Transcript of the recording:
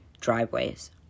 driveways